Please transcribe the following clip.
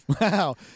Wow